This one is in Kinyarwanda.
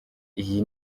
iyi